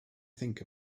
think